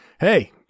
hey